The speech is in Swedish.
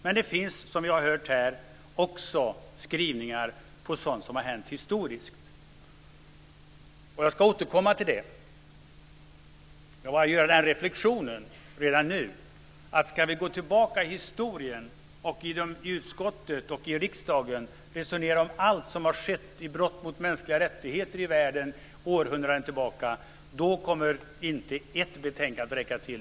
Men det finns också skrivningar om sådant som har hänt i historien, som vi har hört. Jag ska återkomma till det. Jag vill bara redan nu göra reflexionen att om vi ska gå tillbaka i historien och i utskottet och riksdagen resonera om allt som har skett i fråga om brott mot mänskliga rättigheter i världen århundraden tillbaka, då kommer det inte att räcka med ett betänkande.